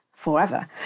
forever